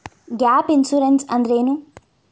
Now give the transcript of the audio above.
Gap insurance ಅಂದ್ರೇನು?